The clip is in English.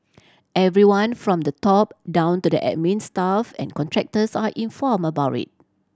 everyone from the top down to the admin staff and contractors are informed about it